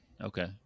okay